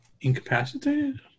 incapacitated